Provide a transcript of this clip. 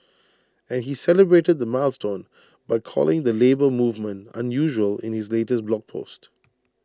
and he celebrated the milestone by calling the Labour Movement unusual in his latest blog post